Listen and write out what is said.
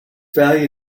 value